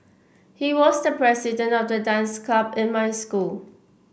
he was the president of the dance club in my school